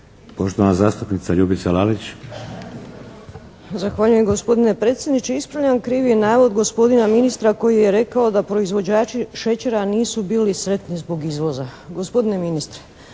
Lalić. **Lalić, Ljubica (HSS)** Zahvaljujem gospodine predsjedniče. Ispravljam krivi navod gospodina ministra koji je rekao da proizvođači šećera nisu bili sretni zbog izvoza. Gospodine ministre